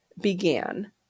began